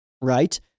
right